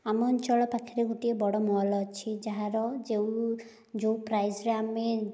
ଆମ ଅଞ୍ଚଳ ପାଖରେ ଗୋଟିଏ ବଡ଼ ମଲ୍ ଅଛି ଯାହାର ଯେଉଁ ଯେଉଁ ପ୍ରାଇସ୍ରେ ଆମେ